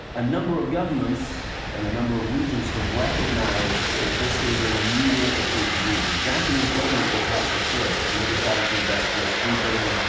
a number of governments, and a number of regions, have recognized that this is a new way to treat disease. the japanese government were perhaps the first, when they decided to invest first three billion,